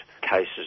cases